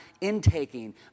intaking